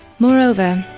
moreover,